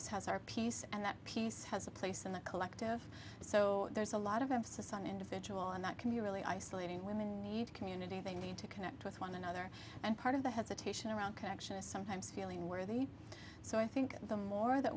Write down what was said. us has our piece and that piece has a place in the collective so there's a lot of emphasis on individual and that can be really isolating women need community they need to connect with one another and part of the hesitation around connection to sometimes feeling worthy so i think the more that